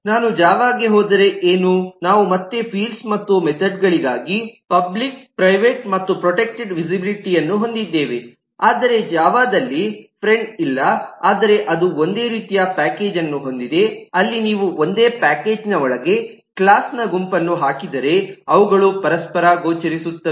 ನಾನು ಜಾವಾಗೆ ಹೋದರೆ ಏನು ನಾವು ಮತ್ತೆ ಫೀಲ್ಡ್ಸ್ ಮತ್ತು ಮೆಥೆಡ್ಗಳಿಗಾಗಿ ಪಬ್ಲಿಕ್ ಪ್ರೈವೇಟ್ ಮತ್ತು ಪ್ರೊಟೆಕ್ಟೆಡ್ ವಿಸಿಬಿಲಿಟಿ ಅನ್ನು ಹೊಂದಿದ್ದೇವೆ ಆದರೆ ಜಾವಾದಲ್ಲಿ ಫ್ರೆಂಡ್ ಇಲ್ಲ ಆದರೆ ಅದು ಒಂದೇ ರೀತಿಯ ಪಾಕೇಜ್ಅನ್ನು ಹೊಂದಿದೆ ಅಲ್ಲಿ ನೀವು ಒಂದೇ ಪಾಕೇಜ್ ನೊಳಗೆ ಕ್ಲಾಸ್ನ ಗುಂಪನ್ನು ಹಾಕಿದರೆ ಅವುಗಳು ಪರಸ್ಪರ ಗೋಚರಿಸುತ್ತವೆ